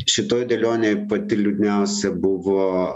šitoj dėlionėj pati liūdniausia buvo